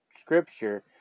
scripture